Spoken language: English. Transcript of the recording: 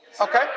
Okay